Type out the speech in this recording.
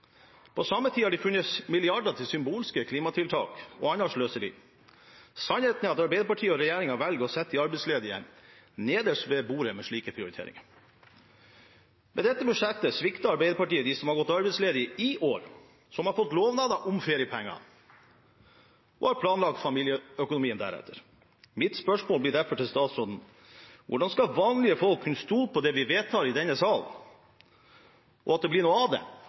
På samme tid har de funnet milliarder til symbolske klimatiltak og annet sløseri. Sannheten er at Arbeiderpartiet og regjeringen velger å sette de arbeidsledige nederst ved bordet med slike prioriteringer. Med dette budsjettet svikter Arbeiderpartiet dem som har gått arbeidsledige i år, som har fått lovnader om feriepenger, og som har planlagt familieøkonomien deretter. Mitt spørsmål til statsråden blir derfor: Hvordan skal vanlige folk kunne stole på det vi vedtar i denne salen, og at det blir noe av det,